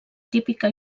típica